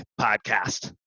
Podcast